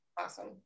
awesome